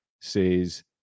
says